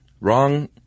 wrong